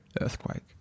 earthquake